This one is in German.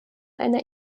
einer